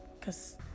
cause